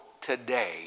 today